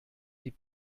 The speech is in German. wie